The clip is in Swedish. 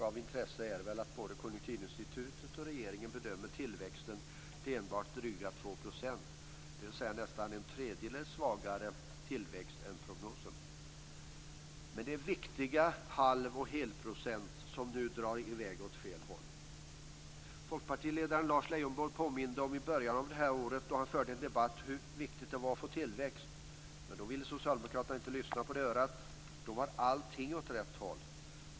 Av intresse är att både Konjunkturinstitutet och regeringen bedömer tillväxten till enbart drygt 2 %, dvs. nästan en tredjedel svagare tillväxt än vad som angavs i prognosen. Men det är viktiga halv och helprocent som nu drar i väg åt fel håll. Folkpartiledaren Lars Leijonborg påminde i början av det här året då han förde debatt om hur viktigt det var att få tillväxt. Men då ville socialdemokraterna inte lyssna på det örat. Då gick allting åt rätt håll.